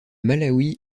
malawi